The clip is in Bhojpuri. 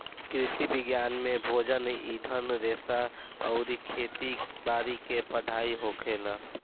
कृषि विज्ञान में भोजन, ईंधन रेशा अउरी खेती बारी के पढ़ाई होखेला